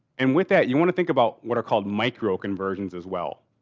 and with that you want to think about what are called micro conversions as well.